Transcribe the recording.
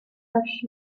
rush